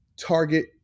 target